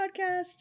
podcast